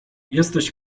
jesteś